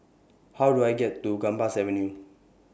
How Do I get to Gambas Avenue